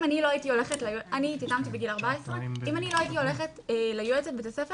אם התייתמתי בגיל 14. אם אני לא הייתי הולכת ליועצת בית הספר